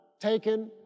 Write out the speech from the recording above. taken